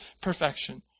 perfection